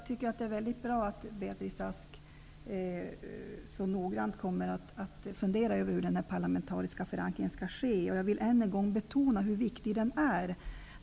Herr talman! Det är bra att Beatrice Ask så noggrant kommer att fundera över hur den parlamentariska förankringen skall ske. Jag vill än en gång betona hur viktig den är.